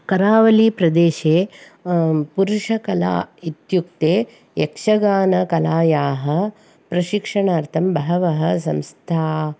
करावलीप्रदेशे पुरुषकला इत्युक्ते यक्षगानकलायाः प्रशिक्षणार्थं बहवः संस्थाः